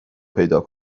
پیدا